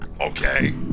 Okay